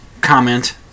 comment